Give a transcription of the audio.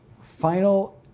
final